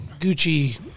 Gucci